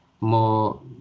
more